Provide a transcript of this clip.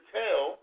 tell